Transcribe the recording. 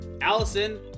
allison